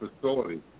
facility